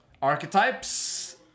Archetypes